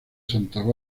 santa